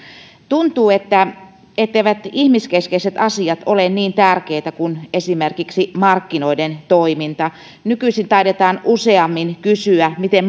tuntuu etteivät ihmiskeskeiset asiat ole niin tärkeitä kuin esimerkiksi markkinoiden toiminta nykyisin taidetaan useammin kysyä miten